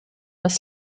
dass